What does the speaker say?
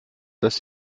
dass